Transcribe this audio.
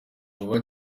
vuba